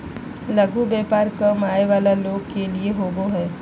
लघु व्यापार कम आय वला लोग के लिए होबो हइ